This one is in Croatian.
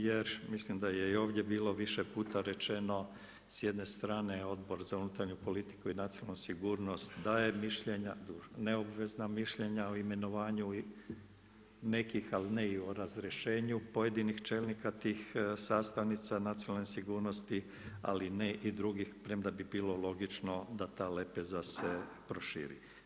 Jer mislim da je i ovdje bilo više puta rečeno s jedne strane Odbor za unutarnju politiku i nacionalnu sigurnost daje mišljenja, neobvezna mišljenja o imenovanju nekih, ali ne i o razrješenju pojedinih čelnika tih sastavnica nacionalne sigurnosti, ali ne i drugih premda bi bilo logično da ta lepeza se proširi.